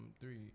three